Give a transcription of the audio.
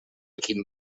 quin